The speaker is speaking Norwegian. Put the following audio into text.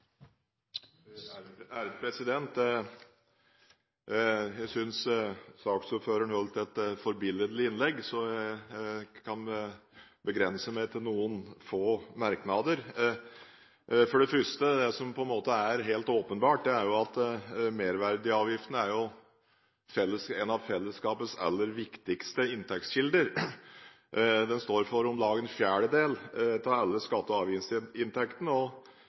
Jeg synes saksordføreren holdt et forbilledlig innlegg, så jeg kan begrense meg til noen få merknader. For det første: Det som er helt åpenbart, er jo at merverdiavgiften er en av fellesskapets aller viktigste inntektskilder. Den står for om lag en fjerdedel av alle skatte- og avgiftsinntektene,